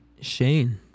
Shane